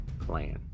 plan